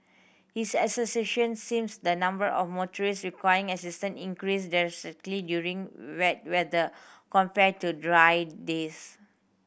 his association seems the number of motorists requiring assistance increase drastically during wet weather compared to dry days